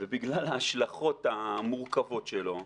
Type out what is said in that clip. ובגלל ההשלכות המורכבות שלו,